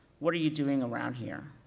what are you doing around here?